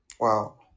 Wow